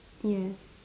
yes